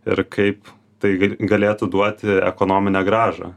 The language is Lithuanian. ir kaip tai gal galėtų duoti ekonominę grąžą